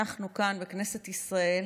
אנחנו כאן בכנסת ישראל